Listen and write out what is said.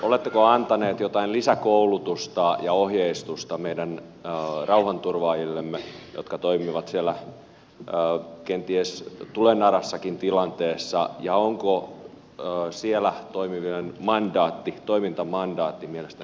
oletteko antaneet jotain lisäkoulutusta ja ohjeistusta meidän rauhanturvaajillemme jotka toimivat siellä kenties tulenarassakin tilanteessa ja onko siellä toimivien mandaatti toimintamandaatti mielestänne riittävä